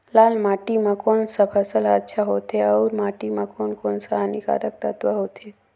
लाल माटी मां कोन सा फसल ह अच्छा होथे अउर माटी म कोन कोन स हानिकारक तत्व होथे?